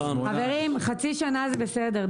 חברים, חצי שנה זה בסדר.